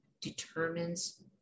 determines